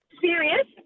serious